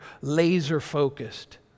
laser-focused